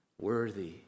Worthy